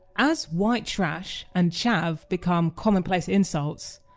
as white trash and chav become commonplace insults,